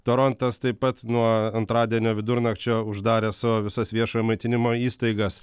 torontas taip pat nuo antradienio vidurnakčio uždarė savo visas viešojo maitinimo įstaigas